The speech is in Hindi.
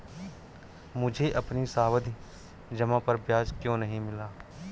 मुझे अपनी सावधि जमा पर ब्याज क्यो नहीं मिला?